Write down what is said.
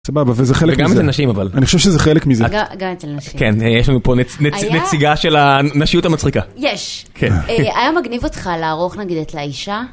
סבבה וזה חלק מזה. זה גם אצל נשים אבל. אני חושב שזה חלק מזה. גם אצל נשים. כן יש לנו פה נציגה של הנשיות המצחיקה. יש. כן. היה מגניב אותך לערוך נגיד את לאישה?